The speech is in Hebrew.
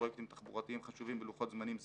פרויקטים תחבורתיים חשובים בלוחות זמנים סבירים,